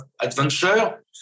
adventure